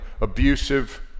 abusive